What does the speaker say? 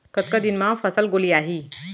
कतका दिन म फसल गोलियाही?